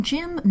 Jim